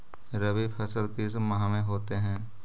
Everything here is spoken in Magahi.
रवि फसल किस माह में होते हैं?